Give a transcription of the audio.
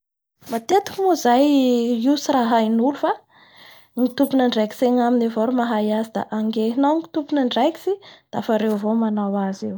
Matetetiky moa io zay tsy raha ahain'olo fa tompon'andraikitsy angaminy avao ro mahay azy, da angehinao ny tompon'andraikitsy da anjarandreo avao manao azy.